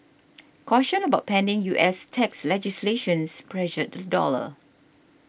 caution about pending U S tax legislations pressured the dollar